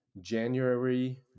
January